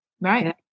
right